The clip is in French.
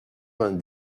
vingt